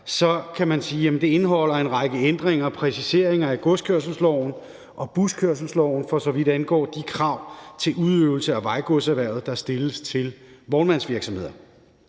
kan sige, at det indeholder en række ændringer og præciseringer af godskørselsloven og buskørselsloven, for så vidt angår de krav til udøvelse af vejgodserhvervet, der stilles til vognmandsvirksomheder.